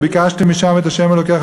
"ובקשתם משם את ה' אלֹהיך,